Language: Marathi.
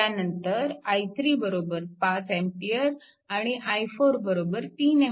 त्यानंतर i3 5A आणि i4 3 A